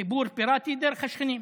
חיבור פיראטי דרך השכנים,